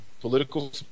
Political